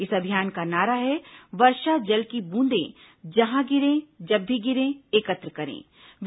इस अभियान का नारा है वर्षा जल की बूंदे जहां गिरे जब भी गिरे एकत्र करें